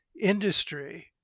industry